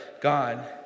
God